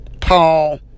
Paul